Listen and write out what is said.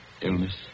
illness